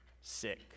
sick